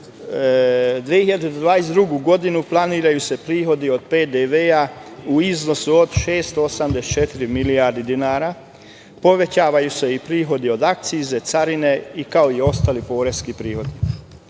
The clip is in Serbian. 2022. godinu planiraju se prihodi od PDV u iznosu od 684 milijarde dinara, povećavaju se i prihodi od akcize, carine i kao ostali poreski prihodi. Što